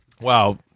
Wow